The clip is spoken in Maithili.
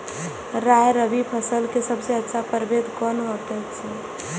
राय रबि फसल के सबसे अच्छा परभेद कोन होयत अछि?